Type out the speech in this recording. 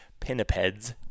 pinnipeds